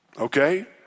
Okay